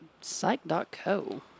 Psych.co